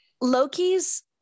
Loki's